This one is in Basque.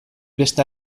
beste